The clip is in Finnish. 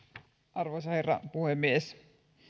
arvoisa herra puhemies